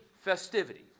festivity